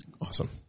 Awesome